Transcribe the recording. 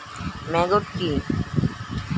Maggot কি?